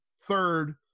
third